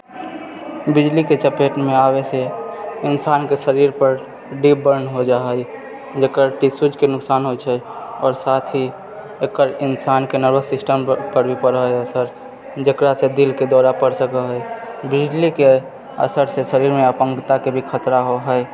बिजली के चपेटमे आबयसे इंसानके शरीर पर डीप बर्न होइ जा हइ जकर टिश्यूजके नुकसान होइ छैत आओर ही इंसानके नर्वस सिस्टम पर भी होइत छै असर जकरासँ दिलके दौरा पड़ि सकय हइ बिजलीके असरसे शरीरमे अपङ्गता के भी खतरा होइत हइ